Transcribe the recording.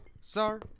sir